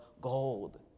gold